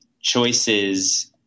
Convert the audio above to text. choices